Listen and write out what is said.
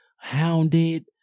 hounded